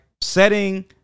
setting